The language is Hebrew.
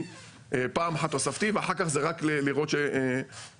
פעם אחת בתוספתי ואחר כך רק צריך לבדוק שהטייס